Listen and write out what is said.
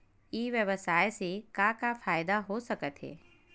ई व्यवसाय से का का फ़ायदा हो सकत हे?